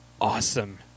awesome